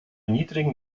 niedrigen